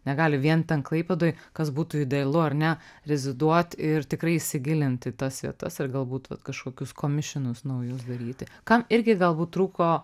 negali vien ten klaipėdoj kas būtų idealu ar ne reziduot ir tikrai įsigilint į tas vietas ir galbūt vat kažkokius komišinus naujus daryti kam irgi galbūt trūko